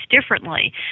differently